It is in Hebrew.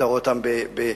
אתה רואה אותם בקריית-מלאכי,